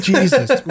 Jesus